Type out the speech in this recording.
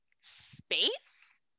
space